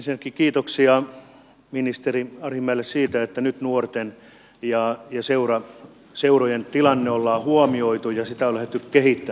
ensinnäkin kiitoksia ministeri arhinmäelle siitä että nyt nuorten ja seurojen tilanne on huomioitu ja sitä on lähdetty kehittämään